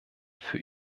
für